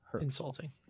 Insulting